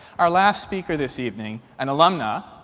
our last speaker this evening an alumna,